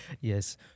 Yes